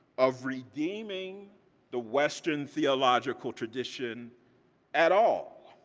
of redeeming the western theological tradition at all?